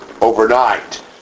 overnight